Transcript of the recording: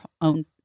own